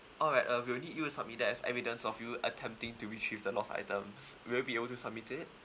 alright uh we'll need you to submit that as evidence of you attempting to retrieve the lost items will you be able to submit it